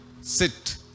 sit